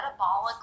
metabolically